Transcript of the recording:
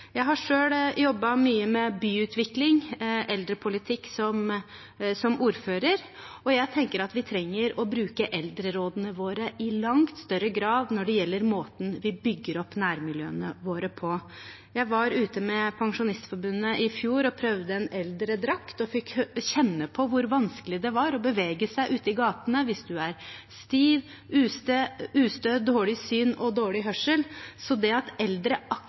Jeg har selv, som ordfører, jobbet mye med byutvikling og eldrepolitikk, og jeg tenker at vi trenger å bruke eldrerådene våre i langt større grad når det gjelder måten vi bygger opp nærmiljøene våre på. Jeg var ute med Pensjonistforbundet i fjor og prøvde en eldredrakt og fikk kjenne på hvor vanskelig det var å bevege seg ute i gatene hvis en er stiv eller ustø, eller har dårlig syn eller hørsel. Så det at eldre